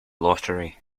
lottery